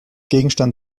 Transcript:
gegenstand